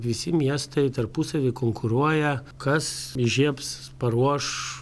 visi miestai tarpusavy konkuruoja kas įžiebs paruoš